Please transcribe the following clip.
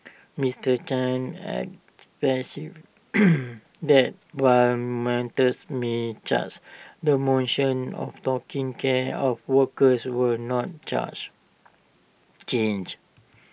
Mister chan that while menter may charge the mission of taking care of workers will not charge change